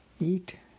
Eat